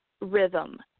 rhythm